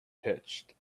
pitched